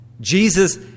Jesus